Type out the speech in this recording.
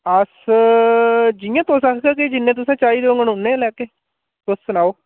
अस जियां तुस आखगे फ्ही जिन्नै तुसें चाहिदे होङन उन्नै गै लैगे तुस सनाओ